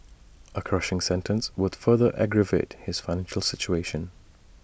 A crushing sentence would further aggravate his financial situation